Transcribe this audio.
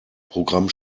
programm